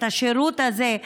את השירות הזה,